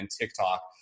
TikTok